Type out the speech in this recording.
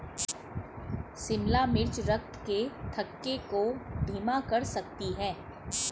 शिमला मिर्च रक्त के थक्के को धीमा कर सकती है